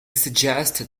suggested